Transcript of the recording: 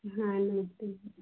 हाँ नमस्ते